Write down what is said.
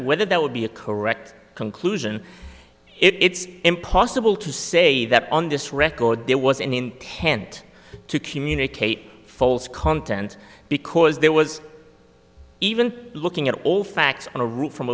whether that would be a correct conclusion it's impossible to say that on this record there was an intent to communicate false content because there was even looking at all facts on a route from